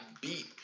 beat